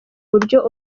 buryo